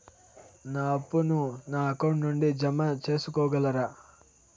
నా అప్పును నా అకౌంట్ నుండి జామ సేసుకోగలరా?